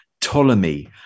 Ptolemy